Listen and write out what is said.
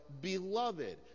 beloved